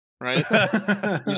Right